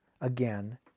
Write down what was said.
again